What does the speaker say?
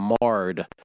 marred